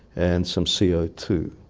and some c o two.